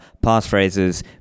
passphrases